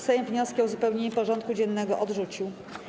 Sejm wnioski o uzupełnienie porządku dziennego odrzucił.